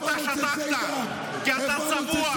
חבר הכנסת ולדימיר בליאק, קריאה שלישית.